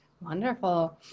Wonderful